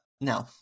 no